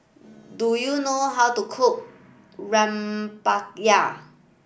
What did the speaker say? do you know how to cook Rempeyek